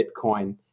Bitcoin